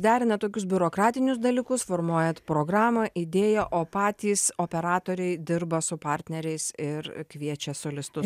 derinat tokius biurokratinius dalykus formuojat programą idėją o patys operatoriai dirba su partneriais ir kviečia solistus